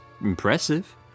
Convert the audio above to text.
impressive